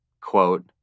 quote